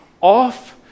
off